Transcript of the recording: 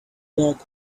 log